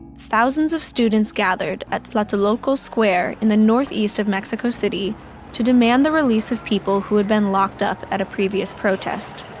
thousands of students gathered at a local square in the northeast of mexico city to demand the release of people who had been locked up at a previous protest.